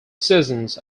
seasons